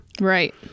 Right